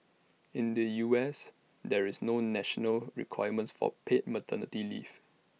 in the U S there's no national requirement for paid maternity leave